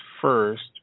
first